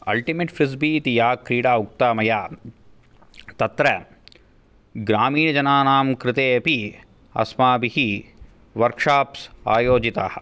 ultimate frisbee इति या क्रीडा उक्ता मया तत्र ग्रामीणजनानां कृते अपि अस्माभिः वर्क्शाप्स् आयोजिताः